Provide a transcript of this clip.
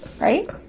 Right